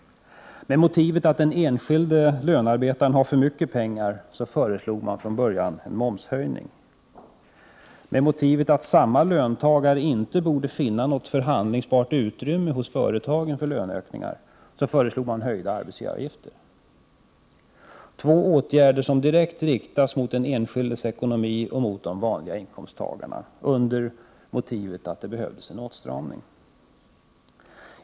Med motiveringen att den enskilde lönearbetaren har för mycket pengar, föreslog man från början en momshöjning. Med motiveringen att samme löntagare inte borde finna något förhandlingsbart utrymme hos företagen för löneökningar, föreslog man höjda arbetsgivaravgifter. Detta var två åtgärder som direkt riktades mot den enskildes ekonomi och mot de vanliga inkomsttagarna med motiveringen att det behövdes en åtstramning.